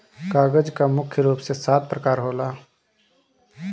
कागज कअ मुख्य रूप से सात प्रकार होला